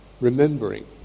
remembering